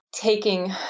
taking